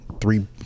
three